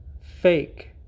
fake